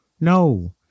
No